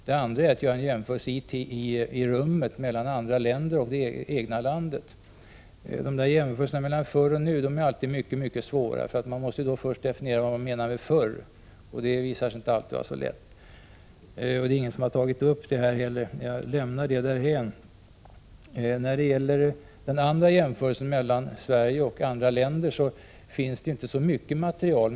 Det andra är att göra en jämförelse i rummet mellan det egna landet och andra länder. Jämförelsen mellan förr och nu är alltid svår att göra, eftersom man då först måste definiera vad man menar med förr. Det visar sig inte alltid vara så lätt. Det är inte heller någon som har tagit upp det. Jag lämnar det därhän. När det gäller den andra jämförelsen, mellan Sverige och andra länder, finns det inte så mycket material.